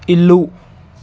ఇల్లు